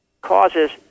causes